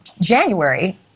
January